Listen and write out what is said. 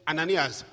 Ananias